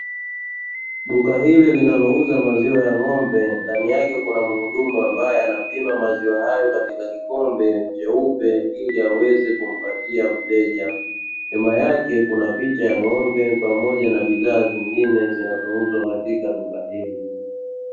Duka hili linalouza maziwa ya ng'ombe. Ndani yake kuna mhudumu ambaye anapima maziwa hayo katika kikombe cheupe ili aweze kumpatia mteja. Nyuma yake kuna picha ya ng'ombe pamoja na bidhaa zingine zinazouzwa katika duka hili.